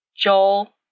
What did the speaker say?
Joel